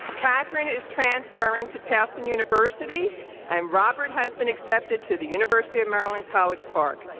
katherine is transferring to towson university and robert has been accepted to the university of maryland college park.